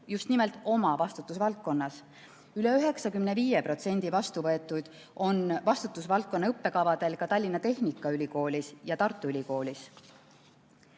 just nimelt oma vastutusvaldkonnas. Üle 95% vastuvõetuid on vastutusvaldkonna õppekavadel ka Tallinna Tehnikaülikoolis ja Tartu Ülikoolis.